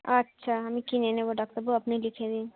আচ্ছা আমি কিনে নেবো ডাক্তারবাবু আপনি লিখে দিন